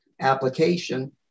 application